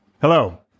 Hello